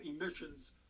emissions